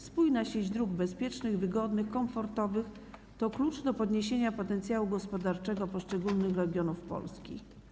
Spójna sieć dróg bezpiecznych, wygodnych i komfortowych to klucz do podniesienia potencjału gospodarczego poszczególnych regionów Polski.